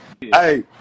Hey